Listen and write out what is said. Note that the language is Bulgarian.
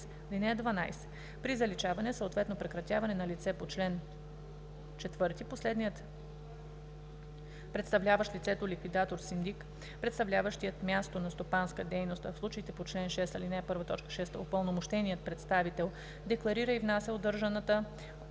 13: „(12) При заличаване съответно прекратяване на лице по чл. 4 последният представляващ лицето – ликвидатор, синдик, представляващият място на стопанска дейност, а в случаите по чл. 6, ал. 1, т. 6 – упълномощеният представител, декларира и внася удържаната от